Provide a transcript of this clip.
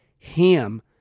ham